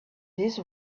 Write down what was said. this